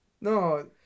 No